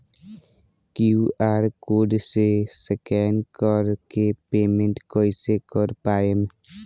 QR code से scan कर के पेमेंट कइसे कर पाएम?